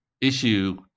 issue